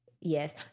Yes